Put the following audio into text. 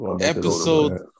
Episode